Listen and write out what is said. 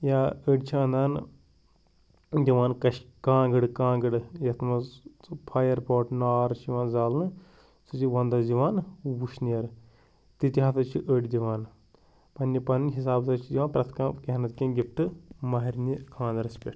یا أڑۍ چھِ اَنان دِوان کَش کانٛگٕڑ کانٛگٕڑ یَتھ منٛز فایَر پواٹ نار چھُ یِِوان زالنہٕ سُہ چھِ وَنٛدَس دِوان وُشنیر تِتہِ ہَسا چھِ أڑۍ دِوان پننہِ پَنٕنۍ حِسابہِ ہسا چھِ دِوان پرٛیٚتھ کانٛہہ کیٚنٛہہ نَتہٕ کیٚنٛہہ گِفٹہٕ ماہرِنہِ خانٛدَرَس پٮ۪ٹھ